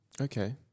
Okay